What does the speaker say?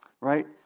Right